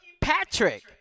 Patrick